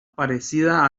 parecida